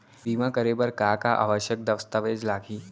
बीमा करे बर का का आवश्यक दस्तावेज लागही